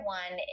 one